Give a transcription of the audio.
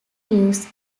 lives